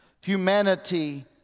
Humanity